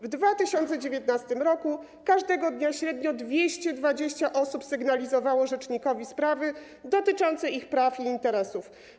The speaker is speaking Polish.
W 2019 r. każdego dnia średnio 220 osób sygnalizowało rzecznikowi sprawy dotyczące ich praw i interesów.